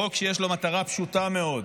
חוק שיש לו מטרה פשוטה מאוד: